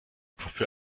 puppe